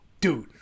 Dude